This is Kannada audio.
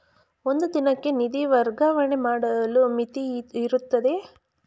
ಒಂದು ದಿನಕ್ಕೆ ನಿಧಿ ವರ್ಗಾವಣೆ ಮಾಡಲು ಮಿತಿಯಿರುತ್ತದೆಯೇ?